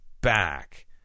back